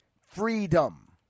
Freedom